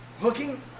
Hooking